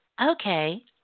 Okay